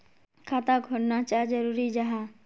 खाता खोलना चाँ जरुरी जाहा?